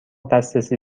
دسترسی